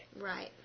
Right